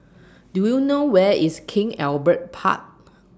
Do YOU know Where IS King Albert Park